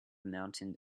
mountain